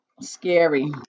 Scary